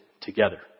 together